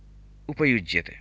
उपयुज्यते